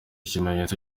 kimenyetso